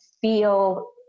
feel